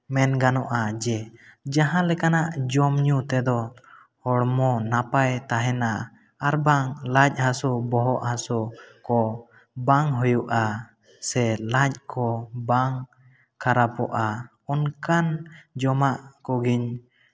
ᱢᱮᱱᱜᱟᱱᱚᱜᱼᱟ ᱡᱮ ᱡᱟᱦᱟᱸ ᱞᱮᱠᱟᱱᱟᱜ ᱡᱚᱢ ᱧᱩ ᱛᱮᱫᱚ ᱦᱚᱲᱢᱚ ᱱᱟᱯᱟᱭ ᱛᱟᱦᱮᱸᱱᱟ ᱟᱨ ᱵᱟᱝ ᱞᱟᱡ ᱦᱟᱥᱩ ᱵᱚᱦᱚᱜ ᱦᱟᱥᱩ ᱠᱚ ᱵᱟᱝ ᱦᱩᱭᱩᱜᱼᱟ ᱥᱮ ᱞᱟᱡ ᱠᱚ ᱵᱟᱝ ᱠᱷᱟᱨᱟᱯᱚᱜᱼᱟ ᱚᱱᱠᱟᱱ ᱡᱚᱢᱟᱜ ᱠᱚᱜᱮᱧ